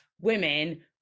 women